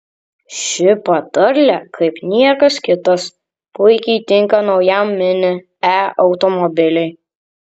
ši patarlė kaip niekas kitas puikiai tinka naujam mini e automobiliui